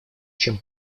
чем